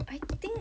I think